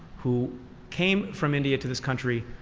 who came from india to this country